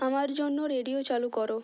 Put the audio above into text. আমার জন্য রেডিও চালু করো